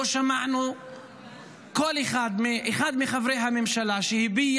לא שמענו קול אחד של אחד מחברי הממשלה שהביע